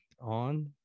on